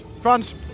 France